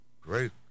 Great